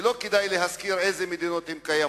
לא כדאי להזכיר באיזה מדינות זה קיים.